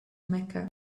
mecca